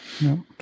No